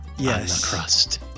Yes